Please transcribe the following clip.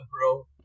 bro